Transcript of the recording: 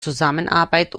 zusammenarbeit